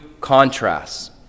contrasts